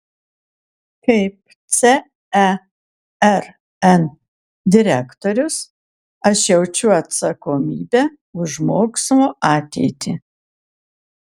kaip cern direktorius aš jaučiu atsakomybę už mokslo ateitį